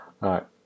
Right